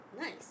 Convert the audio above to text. Nice